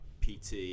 PT